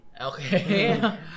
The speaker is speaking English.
Okay